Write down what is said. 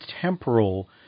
temporal